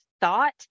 thought